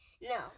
No